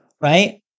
right